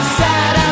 sad